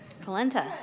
Polenta